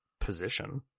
position